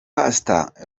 pastor